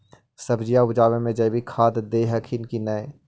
सब्जिया उपजाबे मे जैवीक खाद दे हखिन की नैय?